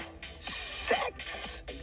sex